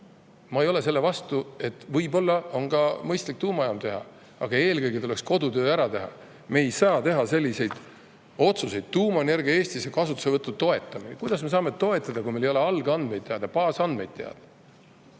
Ma ei ole selle vastu, võib-olla on mõistlik ka tuumajaam teha, aga eelkõige tuleks kodutöö ära teha. Me ei saa teha selliseid otsuseid nagu "Tuumaenergia Eestis kasutuselevõtu toetamine". Kuidas me saame seda toetada, kui meil ei ole algandmed, baasandmed teada?